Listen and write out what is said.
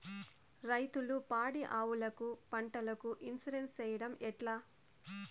రైతులు పాడి ఆవులకు, పంటలకు, ఇన్సూరెన్సు సేయడం ఎట్లా?